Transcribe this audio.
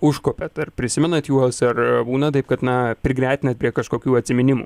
užkopėt ar prisimenat juos ar būna taip kad na prigretinat prie kažkokių atsiminimų